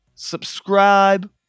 Subscribe